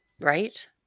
Right